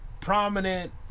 prominent